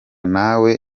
nawe